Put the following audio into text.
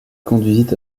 conduisit